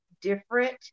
different